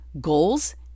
goals